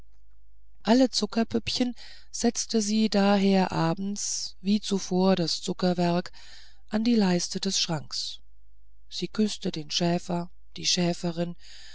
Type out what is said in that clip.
alle zuckerpüppchen setzte sie daher abends wie zuvor das zuckerwerk an die leiste des schranks sie küßte den schäfer die schäferin